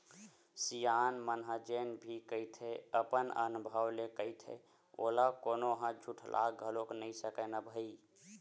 सियान मन ह जेन भी कहिथे अपन अनभव ले कहिथे अउ ओला कोनो ह झुठला घलोक नइ सकय न भई